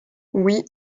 oui